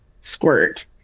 squirt